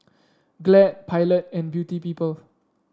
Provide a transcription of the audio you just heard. Glad Pilot and Beauty People